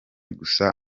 gusa